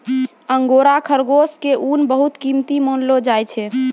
angora खरगोश के ऊन बहुत कीमती मानलो जाय छै